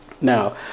Now